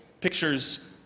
pictures